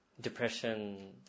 Depression